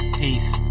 peace